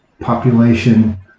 population